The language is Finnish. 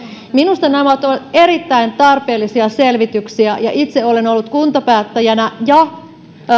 minusta nämä ovat erittäin tarpeellisia selvityksiä ja itse olen ollut kuntapäättäjänä ja